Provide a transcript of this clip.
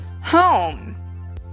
home